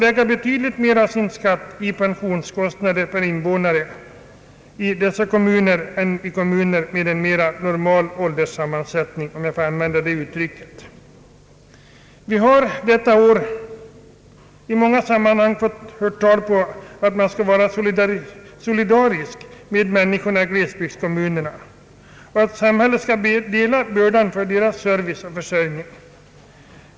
Man får betydligt högre pensionskostnader per invånare i dessa kommuner än i kommuner med en mera normal ålderssammansättning — om jag får använda det uttrycket. Vi har under detta år i många sammanhang fått höra talas om att man skall vara solidarisk med människorna i glesbygdskommunerna och att samhället skall lätta bördan när det gäller glesbygdernas serviceoch försörjnings möjligheter.